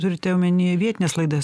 turite omeny vietines laidas